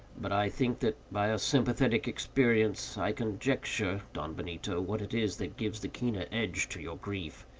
but i think that, by a sympathetic experience, i conjecture, don benito, what it is that gives the keener edge to your grief.